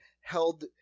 held